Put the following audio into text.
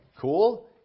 cool